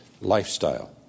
lifestyle